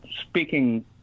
speaking